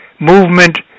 movement